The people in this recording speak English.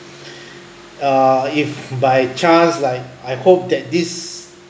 uh if by chance like I hope that this